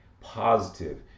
positive